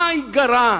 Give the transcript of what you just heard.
מה ייגרע?